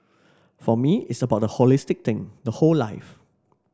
for me it's about the holistic thing the whole life